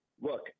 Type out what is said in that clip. look